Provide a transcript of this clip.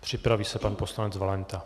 Připraví se pan poslanec Valenta.